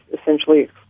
essentially